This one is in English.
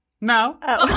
No